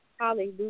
Hallelujah